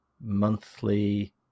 monthly